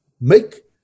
make